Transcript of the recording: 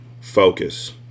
Focus